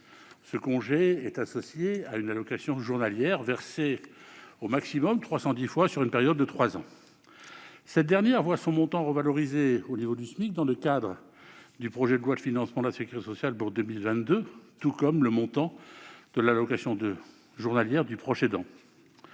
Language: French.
Ce congé est associé à une allocation journalière versée au maximum 310 fois sur une période de trois ans, allocation qui verra son montant revalorisé au niveau du SMIC dans le cadre du projet de loi de financement de la sécurité sociale pour 2022, tout comme le montant de l'allocation journalière du proche aidant.